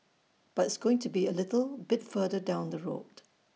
but it's going to be A little bit further down the road